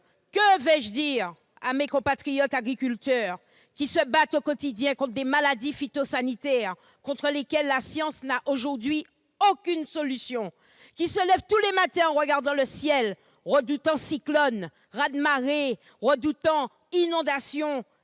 Que vais-je dire à mes compatriotes agriculteurs, qui se battent au quotidien contre des maladies phytosanitaires- la science n'a aujourd'hui aucune solution -, qui se lèvent tous les matins en regardant le ciel, redoutant cyclones, raz-de-marée ou inondations,